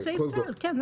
כן.